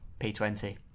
P20